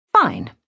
Fine